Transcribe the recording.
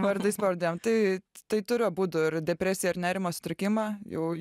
vardais pavardėm tai tai turiu abudu ir depresiją ir nerimo sutrikimą jau